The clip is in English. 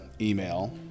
email